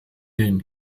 den